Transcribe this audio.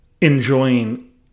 enjoying